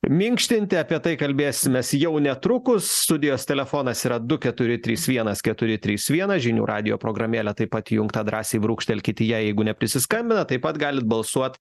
minkštinti apie tai kalbėsimės jau netrukus studijos telefonas yra du keturi trys vienas keturi trys vienas žinių radijo programėlė taip pat įjungta drąsiai brūkštelkit į ją jeigu neprisiskambinat taip pat galit balsuot